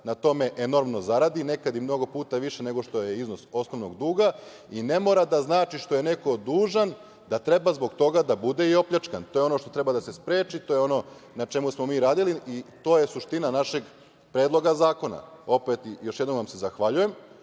na tome da enormno zaradi, nekad i mnogo puta više nego što je iznos osnovnog duga i ne mora da znači što je neko dužan, da treba zbog toga da bude i opljačkan. To je ono što treba da se spreči, to je ono na čemu smo radili i to je suština našeg predloga zakona. Još jednom vam se zahvaljujem